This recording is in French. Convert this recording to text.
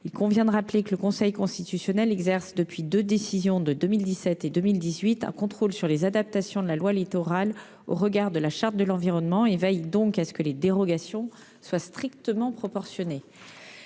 Il convient de le rappeler, le Conseil constitutionnel exerce, depuis deux décisions de 2017 et 2018, un contrôle sur les adaptations de la loi Littoral au regard de la Charte de l'environnement. Il veille donc à ce que les dérogations soient strictement proportionnées.